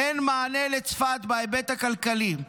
אין מענה לצפת בהיבט הכלכלי.